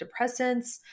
antidepressants